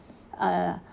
err